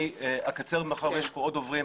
אני אקצר מאחר שיש פה עוד דוברים,